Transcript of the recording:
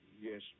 Yes